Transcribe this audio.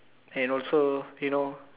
and also you know